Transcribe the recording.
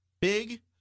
Big